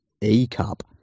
E-cup